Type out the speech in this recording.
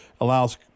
allows